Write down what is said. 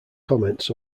comments